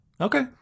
Okay